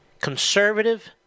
Conservative